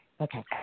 Okay